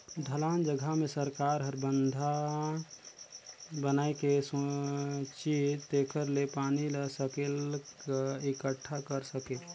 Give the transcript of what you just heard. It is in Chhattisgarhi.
ढलान जघा मे सरकार हर बंधा बनाए के सेचित जेखर ले पानी ल सकेल क एकटठा कर सके